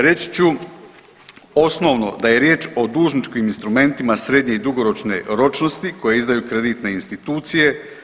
Reći ću osnovno da je riječ o dužničkim instrumentima srednje i dugoročne ročnosti koje izdaju kreditne institucije.